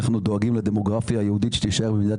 אנחנו דואגים לדמוגרפיה היהודית שתישאר במדינת